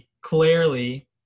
clearly